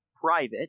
private